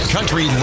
Country